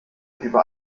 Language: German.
über